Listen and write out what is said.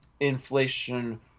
Inflation